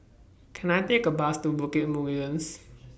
Can I Take A Bus to Bukit Mugliston